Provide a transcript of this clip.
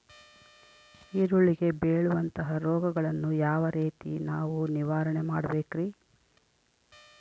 ಈರುಳ್ಳಿಗೆ ಬೇಳುವಂತಹ ರೋಗಗಳನ್ನು ಯಾವ ರೇತಿ ನಾವು ನಿವಾರಣೆ ಮಾಡಬೇಕ್ರಿ?